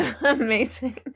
Amazing